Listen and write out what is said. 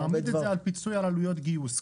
להעמיד את זה על פיצוי על עלויות גיוס,